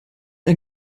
ein